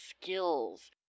skills